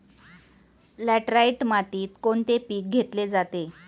Laterite मातीत कोणते पीक घेतले जाते?